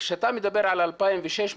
כשאתה מדבר על 2,600,